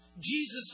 Jesus